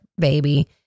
baby